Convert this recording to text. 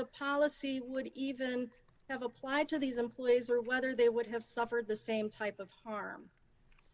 the policy would even have applied to these employees or whether they would have suffered the same type of harm